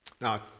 Now